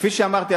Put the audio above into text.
כפי שאמרתי,